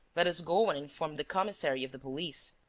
let us go and inform the commissary of the police.